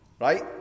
right